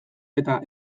eta